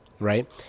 Right